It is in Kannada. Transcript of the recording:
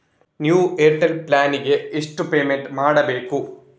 ನ್ಯೂ ಏರ್ಟೆಲ್ ಪ್ಲಾನ್ ಗೆ ಎಷ್ಟು ಪೇಮೆಂಟ್ ಮಾಡ್ಬೇಕು?